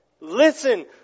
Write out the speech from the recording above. listen